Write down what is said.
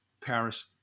Paris